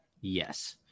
Yes